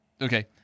Okay